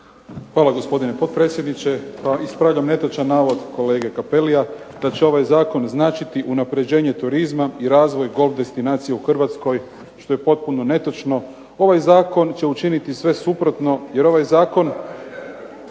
Hvala gospodine potpredsjedniče. Pa ispravljam netočan navod kolege Cappellija da će ovaj zakon značiti unapređenje turizma i razvoj golf destinacije u Hrvatskoj što je potpuno netočno. Ovaj zakon će učiniti sve suprotno, jer ovaj zakon,